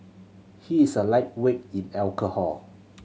he is a lightweight in alcohol